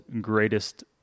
greatest